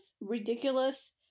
ridiculous